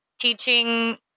teaching